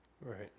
Right